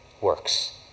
works